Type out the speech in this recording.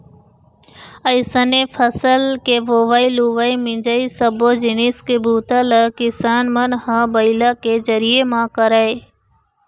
अइसने फसल के बोवई, लुवई, मिंजई सब्बो जिनिस के बूता ल किसान मन ह बइला के जरिए म करय